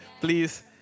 please